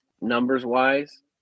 numbers-wise